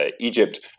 Egypt